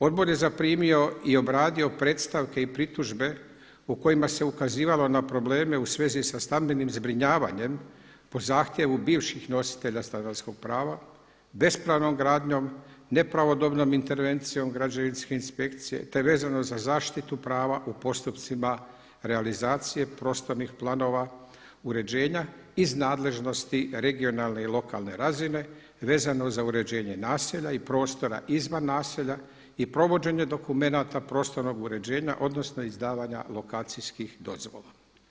Odbor je zaprimio i obradio predstavke i pritužbe u kojima se ukazivalo na probleme u svezi sa stambenim zbrinjavanjem po zahtjevu bivših nositelja stanarskog prava, bespravnom gradnjom, nepravodobnom intervencijom građevinske inspekcije te vezano za zaštitu prava u postupcima realizacije prostornih planova, uređenja iz nadležnosti regionalne i lokalne razine, vezano za uređenje naselja i prostora izvan naselja i provođenje dokumenata prostornog uređenja odnosno izdavanja lokacijskih dozvola.